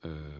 äänen